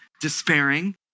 despairing